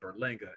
berlinga